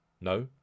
no